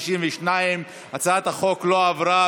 52. הצעת החוק לא עברה,